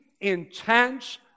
intense